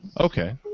Okay